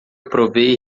provei